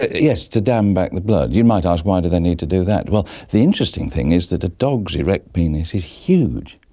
yes, to dam back the blood. you might ask why do they need to do that? well, the interesting thing is that a dog's erect penis is huge,